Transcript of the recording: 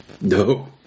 No